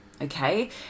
Okay